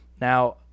Now